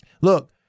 Look